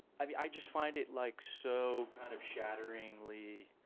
i mean i just find it like so kind of shatteringly,